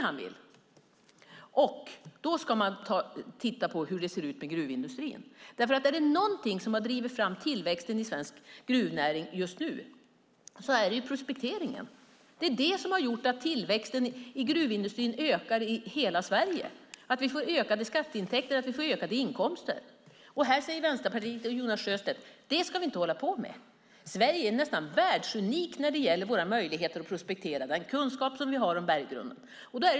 Men då måste man titta på gruvindustrin. Är det något som driver fram tillväxten i svensk gruvnäring är det prospekteringen. Det gör att tillväxten i gruvindustrin ökar i hela Sverige, och vi får ökade skatteintäkter och inkomster. Men Vänsterpartiet och Jonas Sjöstedt säger att vi inte ska hålla på med detta. Sverige är nästan världsunikt när det gäller våra möjligheter att prospektera med den kunskap vi har om berggrunden.